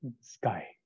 sky